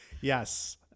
yes